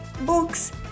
books